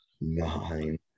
Nine